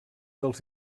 dels